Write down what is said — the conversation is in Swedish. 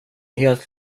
helt